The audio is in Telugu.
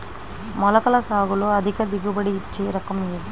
మొలకల సాగులో అధిక దిగుబడి ఇచ్చే రకం ఏది?